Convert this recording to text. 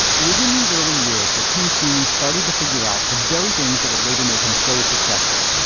it was in these early years that tim sweeney started to figure out the very things that would later make him so successful.